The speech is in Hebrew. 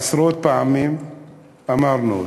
עשרות פעמים אמרנו אותו,